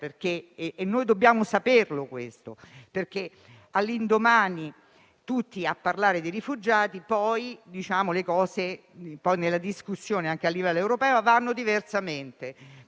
e noi dobbiamo saperlo perché all'indomani della tragedia tutti a parlare di rifugiati, poi le cose, nella discussione anche a livello europeo, vanno diversamente.